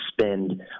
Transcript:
spend